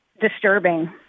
disturbing